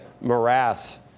morass